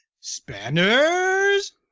Spanners